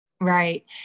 Right